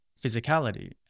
physicality